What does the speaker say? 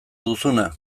duzuna